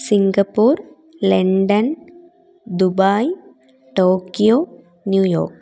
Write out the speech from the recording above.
Singapore London Dubai Tokyo New York